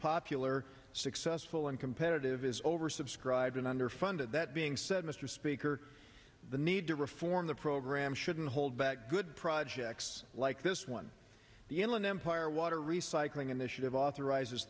popular successful and competitive is oversubscribed and underfunded that being said mr speaker the need to reform the program shouldn't hold back good projects like this one the inland empire water recycling initiative authorizes